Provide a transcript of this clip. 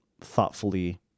thoughtfully